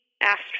asked